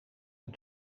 een